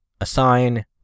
assign